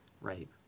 Right